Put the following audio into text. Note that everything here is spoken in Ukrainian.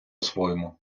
своєму